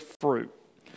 fruit